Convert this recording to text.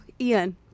Ian